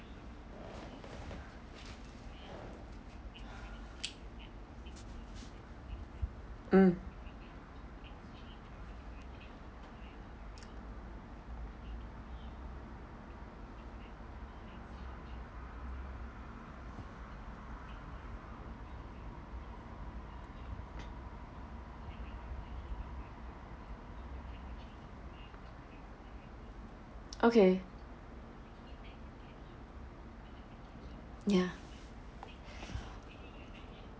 mm okay ya